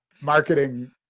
marketing